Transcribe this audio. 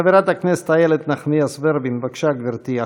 חברת הכנסת איילת נחמיאס ורבין, בבקשה, גברתי.